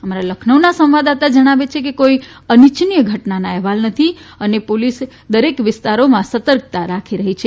અમારા લખનૌના સંવાદદાતા જણાવે છે કે કોઈ અનિચ્છનીય ઘટનાના અહેવાલ નથી અને પોલીસ દરેક વિસ્તારોમાં સતર્કતા રાખી રહી છે